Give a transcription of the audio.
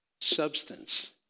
substance